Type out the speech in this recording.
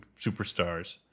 superstars